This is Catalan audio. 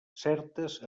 certes